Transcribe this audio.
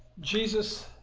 Jesus